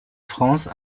france